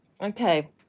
Okay